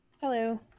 Hello